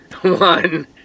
One